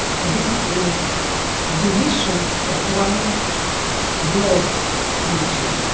and this is a deletion of one word in the gene,